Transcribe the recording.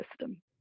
system